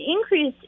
increased